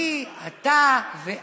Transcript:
אני, אתה ואת,